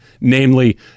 namely